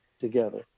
together